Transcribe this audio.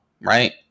Right